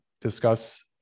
discuss